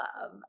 love